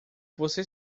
você